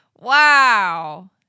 Wow